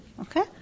okay